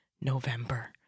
November